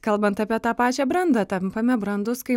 kalbant apie tą pačią brandą tampame brandūs kai